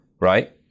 right